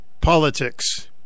politics